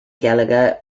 gallagher